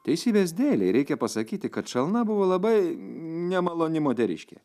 teisybės dėlei reikia pasakyti kad šalna buvo labai nemaloni moteriškė